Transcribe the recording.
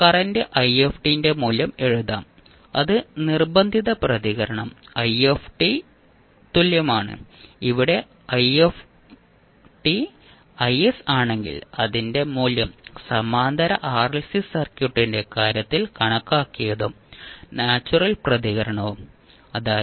current i ന്റെ മൂല്യം എഴുതാം അത് നിർബന്ധിത പ്രതികരണം if തുല്യമാണ് ഇവിടെ if ആണെങ്കിൽ അതിന്റെ മൂല്യം സമാന്തര ആർഎൽസി സർക്യൂട്ടിന്റെ കാര്യത്തിൽ കണക്കാക്കിയതും നാച്ചുറൽ പ്രതികരണവും അതായത്